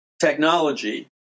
technology